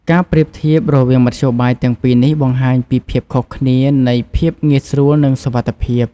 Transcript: ការប្រៀបធៀបរវាងមធ្យោបាយទាំងពីរនេះបង្ហាញពីភាពខុសគ្នានៃភាពងាយស្រួលនិងសុវត្ថិភាព។